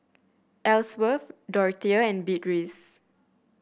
Ellsworth Dorthea and Beatrice